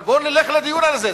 אבל בוא נלך לדיון על זה.